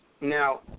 Now